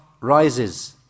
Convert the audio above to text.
rises